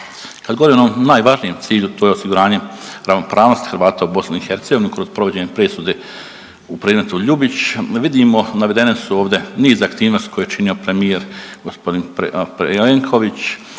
Kad govorimo o najvažnijem cilju to je osiguranje ravnopravnosti Hrvata u BiH kroz provođenje presude u predmetu Ljubić vidimo navedene su ovdje niz aktivnosti koje je činio premijer gospodin Plenković,